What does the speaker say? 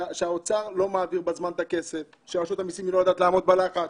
שהאוצר לא מעביר בזמן את הכסף ושרשות המיסים לא יודעת לעמוד בלחץ.